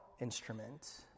instrument